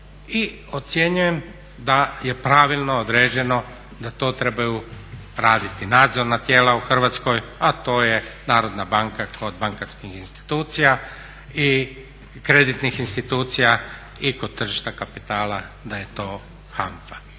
i ocjenjujem da je pravilno određeno da to trebaju raditi nadzorna tijela u Hrvatskoj a to je Narodna banka kod bankarskih institucija i kreditnih institucija i kod tržišta kapitala da je to HANFA.